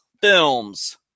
films